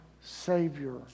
savior